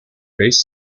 based